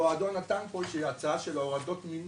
פה האדון נתן פה איזושהי הצעה של הורדת מינון,